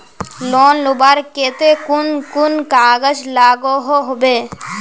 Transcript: Loan लुबार केते कुन कुन कागज लागोहो होबे?